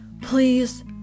please